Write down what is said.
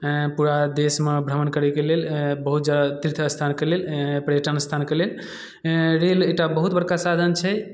पूरा देशमे भ्रमण करैके लेल बहुत तीर्थ अस्थानके लेल पर्यटन अस्थलके लेल रेल एकटा बहुत बड़का साधन छै